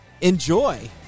enjoy